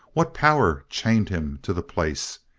what power chained him to the place?